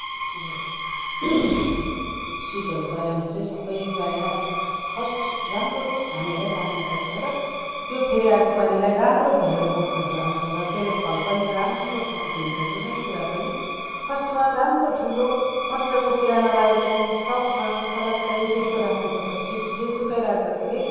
र सिडहरू बारेमा चाहिँ सबै प्रायः फर्स्ट राम्रो छानेर राख्नुपर्छ र त्यो फेरि अर्को पालिलाई राम्रो भएर बोटहरू आउँछ र त्यसले फल पनि राम्रो खाल दिन्छ जुनै कुरा पनि फर्स्टमा राम्रो ठुलो मजाको किरा नलागेको सफा सलक्कै त्यस्तो राख्नुपर्छ सिड जेसुकै राख्दाखेरि